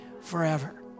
forever